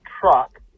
truck